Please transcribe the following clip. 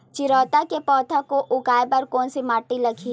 चिरैता के पौधा को उगाए बर कोन से माटी लगही?